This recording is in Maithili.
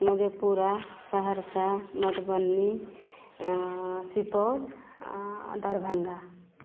मधेपुरा सहरसा मधुबनी सुपौल दरभङ्गा